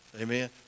Amen